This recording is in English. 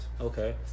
Okay